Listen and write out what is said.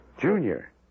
Junior